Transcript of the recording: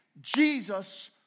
Jesus